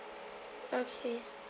okay